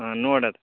ಹ್ಞೂ ನೋಡೋದ್